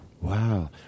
Wow